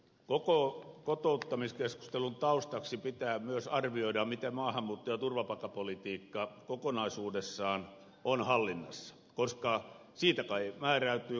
koko kotouttamiskeskustelun taustaksi pitää myös arvioida miten maahanmuutto ja turvapaikkapolitiikka kokonaisuudessaan on hallinnassa koska siitä kai määräytyy kotouttamisen tarve